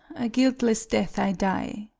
a guiltless death i die.